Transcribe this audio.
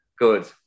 good